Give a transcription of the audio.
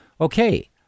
okay